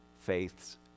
faith's